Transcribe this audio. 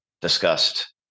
discussed